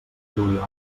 juliol